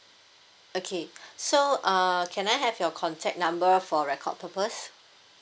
okay so uh can I have your contact number for record purpose